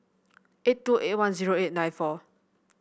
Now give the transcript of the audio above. eight two eight one zero eight nine four